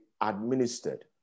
administered